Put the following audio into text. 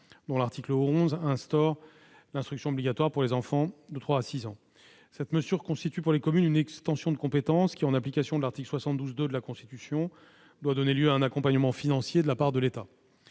dont l'article 11 instaure l'instruction obligatoire pour les enfants de 3 à 6 ans. Cette mesure constitue pour les communes une extension de compétences qui, en application de l'article 72-2 de la Constitution, doit donner lieu à un accompagnement financier de la part de l'État.